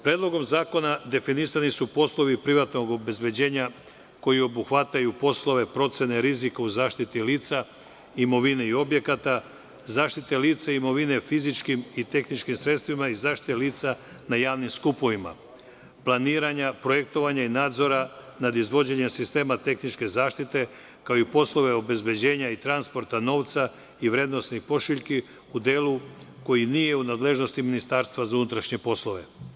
Predlogom zakona definisani su poslovi privatnog obezbeđenja koji obuhvataju poslove procene rizika u zaštiti lica, imovine i objekata, zaštite lica i imovine fizičkim i tehničkim sredstvima i zaštite lica na javnim skupovima, planiranja, projektovanja i nadzora nad izvođenjem sistema tehničke zaštite, kao i poslove obezbeđenja i transporta novca i vrednosnih pošiljki u delu koji nije u nadležnosti Ministarstva za unutrašnje poslove.